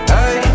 Hey